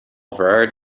variety